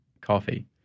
coffee